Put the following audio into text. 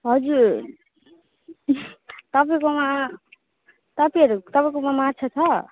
हजुर तपाईँकोमा तपाईँहरू तपाईँकोमा माछा छ